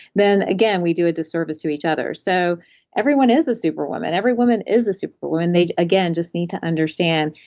then again we do a disservice to each other. so everyone is a super woman. every woman is a super woman, they again, just need to understand.